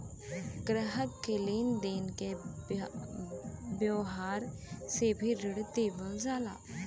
ग्राहक के लेन देन के व्यावहार से भी ऋण देवल जाला